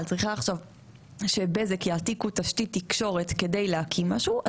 צריכה שבזק תעתיק תשתית תקשורת כדי להקים משהו,